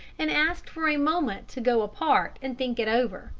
and asked for a moment to go apart and think it over,